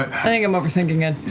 but think i'm overthinking it.